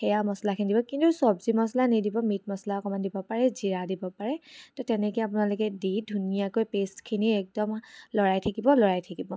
সেয়া মচলাখিনি দিব কিন্তু চব্জি মচলা নিদিব মিট মচলা অকণ দিব পাৰে জীৰা দিব পাৰে তো তেনেকৈ আপোনালোকে দি ধুনীয়াকৈ পেষ্টখিনি একদম লৰাই থাকিব লৰাই থাকিব